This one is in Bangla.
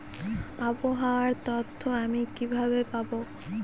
আবহাওয়ার তথ্য আমি কিভাবে পাবো?